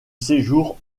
séjour